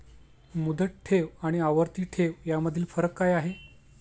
मुदत ठेव आणि आवर्ती ठेव यामधील फरक काय आहे?